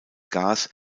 gas